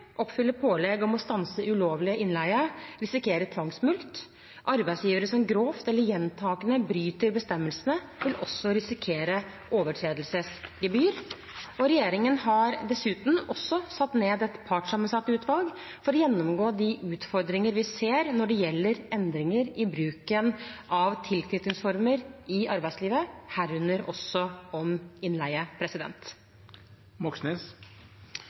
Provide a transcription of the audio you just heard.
pålegg om å stanse ulovlig innleie, risikerer tvangsmulkt. Arbeidsgivere som grovt eller gjentakende bryter bestemmelsene, vil også risikere overtredelsesgebyr. Regjeringen har dessuten satt ned et partssammensatt utvalg for å gå gjennom de utfordringer vi ser når det gjelder endringer i bruken av tilknytningsformer i arbeidslivet, herunder også om innleie.